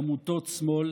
עמותות שמאל